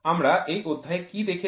আমরা এই অধ্যায়ে কি দেখেছি